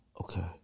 Okay